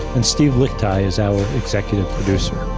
and steve lickteig is our executive producer.